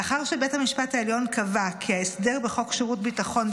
לאחר שבית המשפט העליון קבע כי ההסדר בחוק שירות ביטחון,